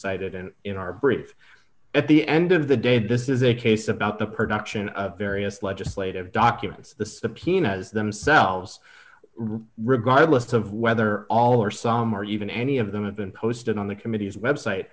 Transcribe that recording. cited and in our brief at the end of the day this is a case about the production of various legislative documents the subpoenas themselves regardless of whether all or some or even any of them have been posted on the committees website